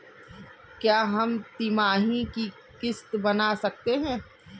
क्या हम तिमाही की किस्त बना सकते हैं?